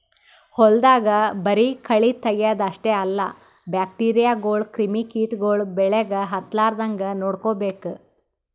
ಹೊಲ್ದಾಗ ಬರಿ ಕಳಿ ತಗ್ಯಾದ್ ಅಷ್ಟೇ ಅಲ್ಲ ಬ್ಯಾಕ್ಟೀರಿಯಾಗೋಳು ಕ್ರಿಮಿ ಕಿಟಗೊಳು ಬೆಳಿಗ್ ಹತ್ತಲಾರದಂಗ್ ನೋಡ್ಕೋಬೇಕ್